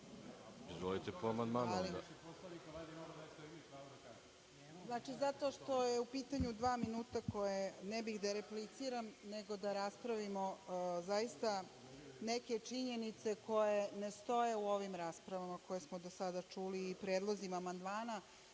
**Aleksandra Tomić** Znači, zato što su u pitanju dva minuta koje ne bih da repliciram, nego da raspravimo zaista neke činjenice koje ne stoje u ovim raspravama koje smo do sada čuli i predlozima amandmana. Inače,